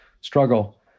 struggle